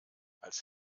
als